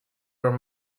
were